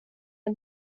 att